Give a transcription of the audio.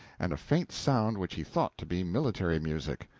and a faint sound which he thought to be military music.